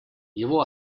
его